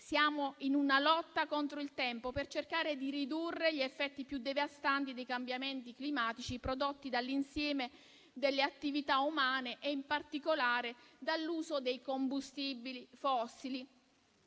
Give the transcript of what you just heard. Siamo in una lotta contro il tempo per cercare di ridurre gli effetti più devastanti dei cambiamenti climatici prodotti dall'insieme delle attività umane e in particolare dall'uso dei combustibili fossili,